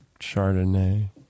Chardonnay